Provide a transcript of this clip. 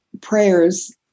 prayers